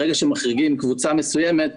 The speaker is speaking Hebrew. ברגע שמחריגים קבוצה מסוימת,